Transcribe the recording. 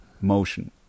motion